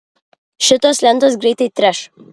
šitos lentos greitai treš